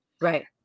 Right